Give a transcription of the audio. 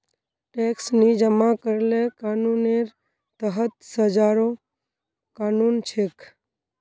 tax नी जमा करले कानूनेर तहत सजारो कानून छेक